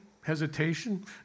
hesitation